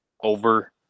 over